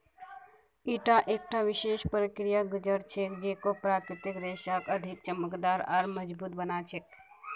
ईटा एकता विशेष प्रक्रिया स गुज र छेक जेको प्राकृतिक रेशाक अधिक चमकदार आर मजबूत बना छेक